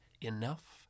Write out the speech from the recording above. enough